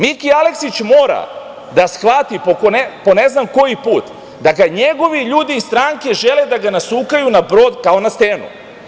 Miki Aleksić mora da shvati, po ne znam koji put, da ga njegovi ljudi iz stranke žele da ga nasukaju na brod kao na stenu.